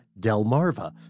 Delmarva